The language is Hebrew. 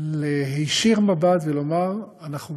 להישיר מבט ולומר: אנחנו